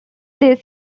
this